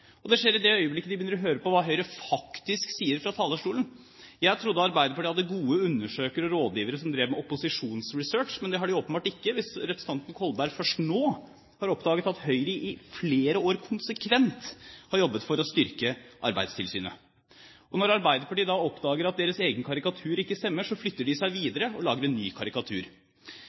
og det skjer i det øyeblikket de begynner å høre på hva Høyre faktisk sier fra talerstolen. Jeg trodde at Arbeiderpartiet hadde gode undersøkere og rådgivere som drev med opposisjonsresearch, men det har de åpenbart ikke hvis representanten Kolberg først nå har oppdaget at Høyre i flere år konsekvent har jobbet for å styrke Arbeidstilsynet. Når Arbeiderpartiet oppdager at deres egen karikatur ikke stemmer, flytter de seg videre og lager en ny karikatur.